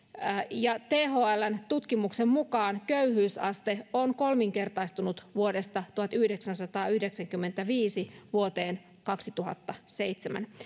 ja thln tutkimuksen mukaan köyhyysaste on kolminkertaistunut vuodesta tuhatyhdeksänsataayhdeksänkymmentäviisi vuoteen kaksituhattaseitsemän